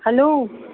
hello